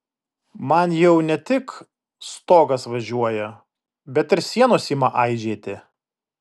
man jau ne tik stogas važiuoja bet ir sienos ima aižėti